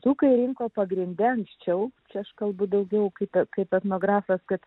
dzūkai rinko pagrinde anksčiau čia aš kalbu daugiau kiti kaip etnografas kad